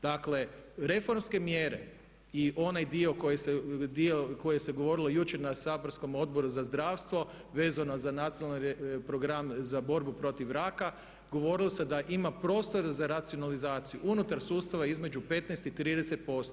Dakle reformske mjere i onaj dio koji se govorilo jučer na saborskom Odboru za zdravstvo vezano za nacionalni program za borbu protiv raka, govorilo se da ima prostora za racionalizaciju unutar sustava između 15 i 30%